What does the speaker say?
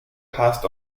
passed